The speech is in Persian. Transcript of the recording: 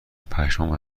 پشمام